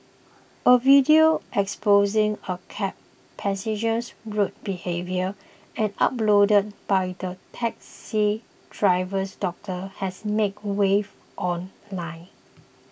a video exposing a cab passenger's rude behaviour and uploaded by the taxi driver's daughter has made waves online